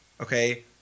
okay